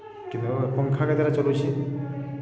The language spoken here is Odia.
କି ପଙ୍ଖା କେତେଟା ଚଲୁଛେ